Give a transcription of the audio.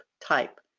type